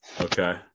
okay